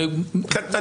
לא נכון.